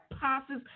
passes